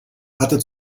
hatte